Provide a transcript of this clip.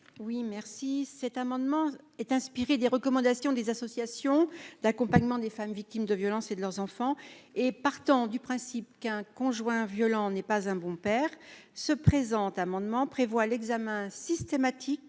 Le présent amendement est inspiré des recommandations des associations d'accompagnement des femmes victimes de violences et de leurs enfants. Partant du principe qu'un conjoint violent n'est pas un bon père, ses auteurs souhaitent prévoir l'examen systématique,